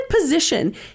position